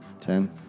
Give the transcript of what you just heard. Ten